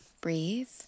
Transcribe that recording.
breathe